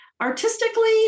Artistically